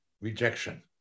rejection